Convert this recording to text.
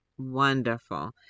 Wonderful